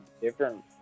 different